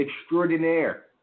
extraordinaire